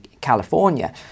California